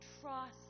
trust